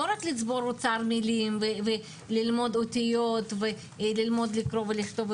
לא רק לצבור אוצר מילים וללמוד אותיות וללמוד לקרוא ולכתוב,